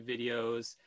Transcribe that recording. videos